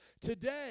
today